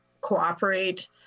cooperate